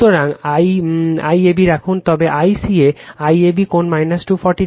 সুতরাং আইএবি রাখুন তবে ICA IAB কোণ 240o